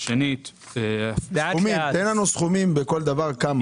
שנית --- תן לנו סכומים בכל דבר כמה.